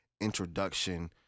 introduction